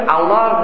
Allah